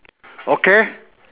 okay